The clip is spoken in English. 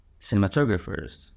cinematographers